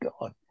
God